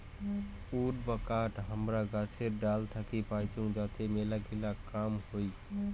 would বা কাঠ হামারা গাছের ডাল থাকি পাইচুঙ যাতে মেলাগিলা কাম হই